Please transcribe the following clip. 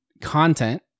content